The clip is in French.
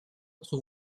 d’entre